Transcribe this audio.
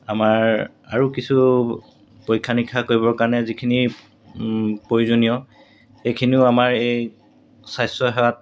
আমাৰ আৰু কিছু পৰীক্ষা নিৰীক্ষা কৰিবৰ কাৰণে যিখিনি প্ৰয়োজনীয় এইখিনিও আমাৰ এই স্বাস্থ্যসেৱাত